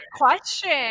question